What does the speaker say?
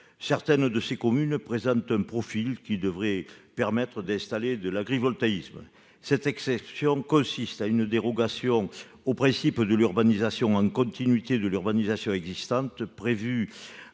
Certaines d'entre elles présentent un profil qui devrait permettre d'installer de l'agrivoltaïsme. Cet amendement vise à prévoir une exception au principe de l'urbanisation en continuité de l'urbanisation existante prévu